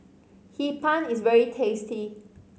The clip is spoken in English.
Hee Pan is very tasty